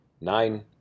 nine